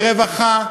ברווחה,